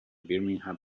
birmingham